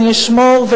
ואני אשמור,